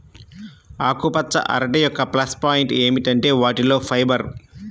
ఆకుపచ్చ అరటి యొక్క ప్లస్ పాయింట్ ఏమిటంటే వాటిలో ఫైబర్